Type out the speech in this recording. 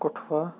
Kathua